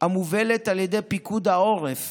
המובלת על ידי פיקוד העורף